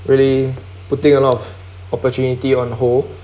really putting a lot of opportunity on hold um